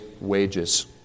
wages